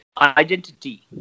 Identity